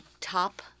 top